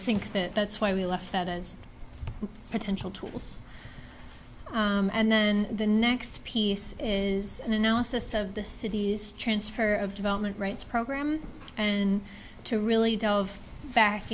think that that's why we left that as potential tools and then the next piece is an analysis of the city's transfer of development rights program and to really delve back